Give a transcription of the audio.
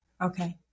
Okay